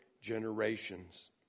generations